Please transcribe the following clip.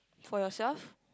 for yourself